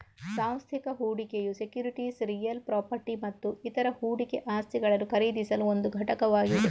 ಸಾಂಸ್ಥಿಕ ಹೂಡಿಕೆಯು securities real property ಮತ್ತು ಇತರ ಹೂಡಿಕೆ ಆಸ್ತಿಗಳನ್ನು ಖರೀದಿಸಲು ಒಂದು ಘಟಕವಾಗಿದೆ